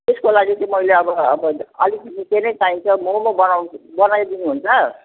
त्यसको लागि चाहिँ मैले अब अब अलिकति धेरै चाहिन्छ मम बनाउ बनाइदिनु हुन्छ